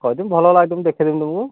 କହିଦେବି ଭଲ ଭଲ ଆଇଟମ୍ ଦେଖେଇ ଦେବେ ତମକୁ